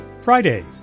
Fridays